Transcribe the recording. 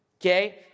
Okay